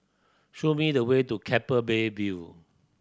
show me the way to Keppel Bay View